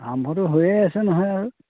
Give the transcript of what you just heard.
আৰম্ভতো হৈয়ে আছে নহয় আৰু